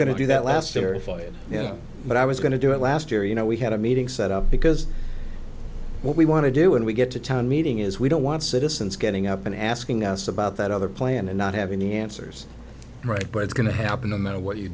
going to do that last year if i did yeah but i was going to do it last year you know we had a meeting set up because what we want to do when we get to town meeting is we don't want citizens getting up and asking us about that other plan and not having the answers right but it's going to happen no matter what you